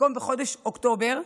במקום בחודש אוקטובר,